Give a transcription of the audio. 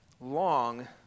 long